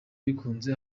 bikunze